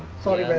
solely but